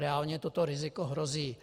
Reálně toto riziko hrozí.